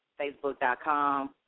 facebook.com